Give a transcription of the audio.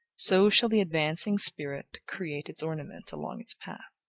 so shall the advancing spirit create its ornaments along its path,